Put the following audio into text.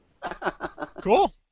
Cool